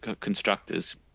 constructors